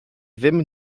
ddim